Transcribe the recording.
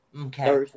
Okay